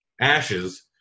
ashes